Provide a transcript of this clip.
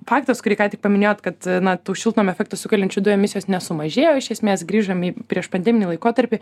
faktas kurį ką tik paminėjot kad na tų šiltnamio efektą sukeliančių dujų emisijos nesumažėjo iš esmės grįžom į priešpandeminį laikotarpį